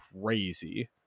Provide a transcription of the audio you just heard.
crazy